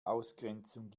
ausgrenzung